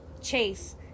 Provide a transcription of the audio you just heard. Chase